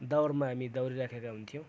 दौडमा हामी दौडिराखेका हुन्थ्यौँ